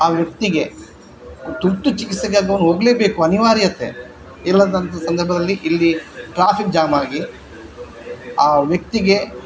ಆ ವ್ಯಕ್ತಿಗೆ ತುರ್ತು ಚಿಕಿತ್ಸೆಗಾಗಿ ಅವ್ನು ಹೋಗ್ಲೇಬೇಕು ಅನಿವಾರ್ಯತೆ ಇಲ್ಲದಂಥ ಸಂದರ್ಭದಲ್ಲಿ ಇಲ್ಲಿ ಟ್ರಾಫಿಕ್ ಜಾಮಾಗಿ ಆ ವ್ಯಕ್ತಿಗೆ